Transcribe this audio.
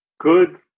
good